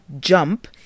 jump